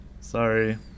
Sorry